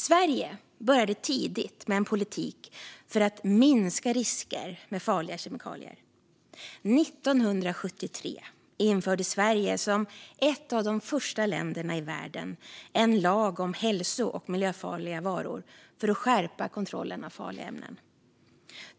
Sverige började tidigt med en politik för att minska risker med farliga kemikalier. År 1973 införde Sverige, som ett av de första länderna i världen, en lag om hälso och miljöfarliga varor för att skärpa kontrollen av farliga ämnen.